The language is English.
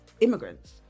immigrants